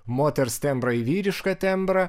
moters tembrą į vyrišką tembrą